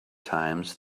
times